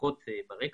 שפורחות ברקע.